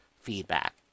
feedback